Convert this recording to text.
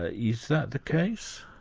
ah is that the case?